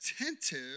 attentive